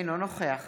אינו נוכח